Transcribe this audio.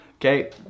Okay